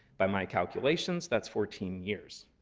by my calculations, that's fourteen years.